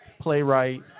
playwright